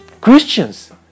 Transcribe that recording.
Christians